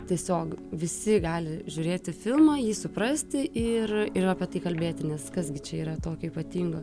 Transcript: tiesiog visi gali žiūrėti filmą jį suprasti ir ir apie tai kalbėti nes kas gi čia yra tokio ypatingo